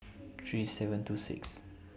three seven two six